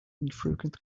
infrequent